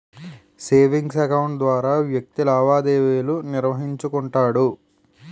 savings account ద్వారా వ్యక్తి లావాదేవీలు నిర్వహించుకుంటాడు